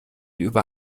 über